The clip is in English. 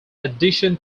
addition